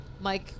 Mike